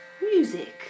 Music